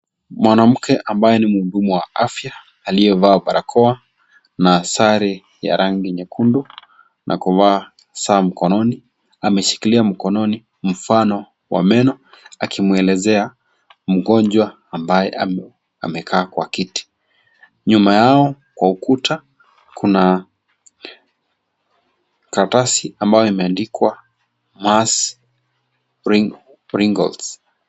Wmwanamke ambaye ni muhudumu wa afya aliyevalia sare ya rangi nyekundu na kuvaa saa mkononi, ameshikilia mkononi nmfano wa meno akimwelezea mgonjwa ambaye amekaa kwa kiti. Nyuma yao kwa ukuta kuna karatasi ambayo imeandikwa Mars wringles .